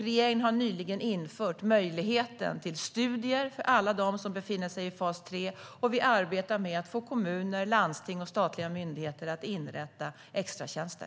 Regeringen har nyligen infört möjligheten till studier för alla dem som befinner sig i fas 3, och vi arbetar med att få kommuner, landsting och statliga myndigheter att inrätta extratjänster.